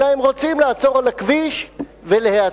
אלא הם רוצים לעצור על הכביש ולהיעצר.